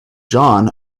john